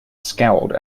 scowled